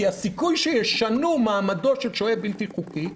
כי הסיכוי שישנו מעמדו של שוהה בלתי חוקי,